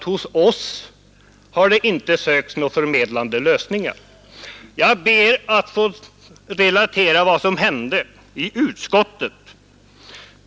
Hos oss har han inte sökt några förmedlande lösningar. Jag ber att få relatera vad som hände i utskottet.